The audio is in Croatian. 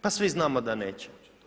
Pa svi znamo da neće.